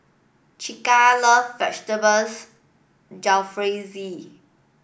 Chaka loves Vegetables Jalfrezi